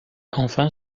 enfin